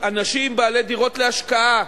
אנשים בעלי דירות להשקעה,